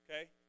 Okay